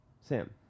Sam